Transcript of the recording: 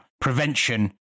prevention